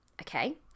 Okay